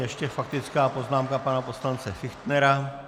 Ještě faktická poznámka pana poslance Fichtnera.